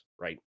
right